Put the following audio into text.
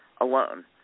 alone